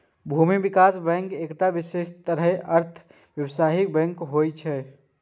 भूमि विकास बैंक एकटा विशिष्ट तरहक अर्ध व्यावसायिक बैंक होइ छै